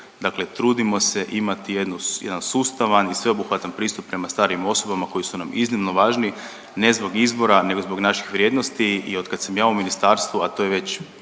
dakle trudimo se imati jedan sustavan i sveobuhvatan pristup prema starijim osobama koje su nam iznimno važni, ne zbog izbora, nego zbog naših vrijednosti i od kad sam ja u ministarstvu, a to je već,